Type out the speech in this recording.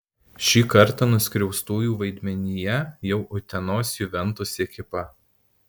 šį kartą nuskriaustųjų vaidmenyje jau utenos juventus ekipa